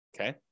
okay